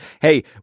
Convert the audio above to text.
hey